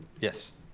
Yes